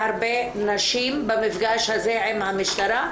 להרבה נשים במפגש הזה עם המשטרה,